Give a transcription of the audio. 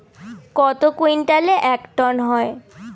কত কুইন্টালে এক টন হয়?